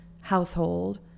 household